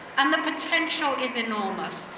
and the potential is enormous.